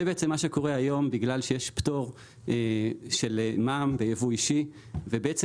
זה מה שקורה היום בגלל שיש פטור של מע"מ על ייבוא אישי והספקים